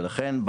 ולכן,